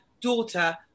daughter